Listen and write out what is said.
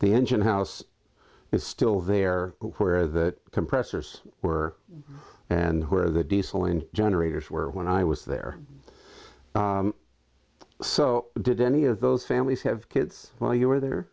the engine house is still there where the compressors were and where the diesel and generators were when i was there so did any of those families have kids while you were there